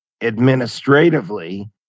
administratively